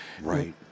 Right